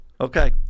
Okay